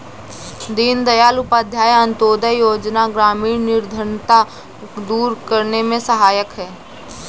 दीनदयाल उपाध्याय अंतोदय योजना ग्रामीण निर्धनता दूर करने में सहायक है